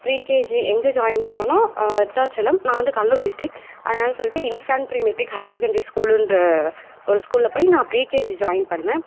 pre-KG எங்கள் join பண்ணனா விருதாச்சலம் நான் வந்து கடலூர் டிஸ்ட்ரிக்ட் அதனால சொல்லிட்டு இன்ஃபண்ட் ப்ரிமெட்ரிக் ஹையர் செகேண்ட்ரி ஸ்கூலுன்கிற ஒரு ஸ்கூல்ல போய் நான் ப்ரிகேஜி ஜாயின் பண்ணேன்